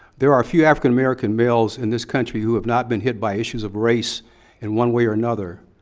there are few african-american males in this country who have not been hit by issues of race in one way or another.